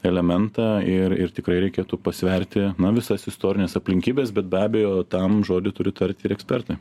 elementą ir ir tikrai reikėtų pasverti visas istorines aplinkybes bet be abejo tam žodį turi tarti ir ekspertai